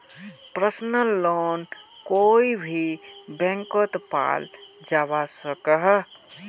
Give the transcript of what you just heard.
personal loan कोए भी बैंकोत पाल जवा सकोह